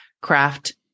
craft